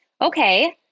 Okay